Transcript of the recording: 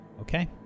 Okay